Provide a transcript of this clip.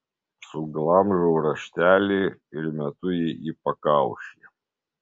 suglamžau raštelį ir metu jai į pakaušį